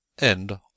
End